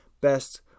best